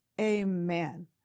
Amen